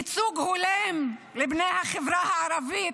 (ייצוג הולם לבני החברה הערבית,